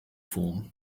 form